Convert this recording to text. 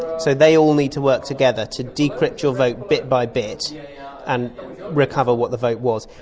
so they all need to work together to decrypt your vote bit by bit and recover what the vote was,